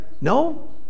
No